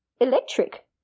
electric